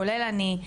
כולל אני,